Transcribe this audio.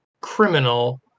Criminal